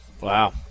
Wow